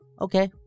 okay